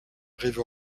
rive